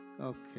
Okay